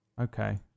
Okay